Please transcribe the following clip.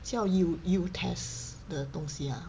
叫 u~ uTest 的东西啊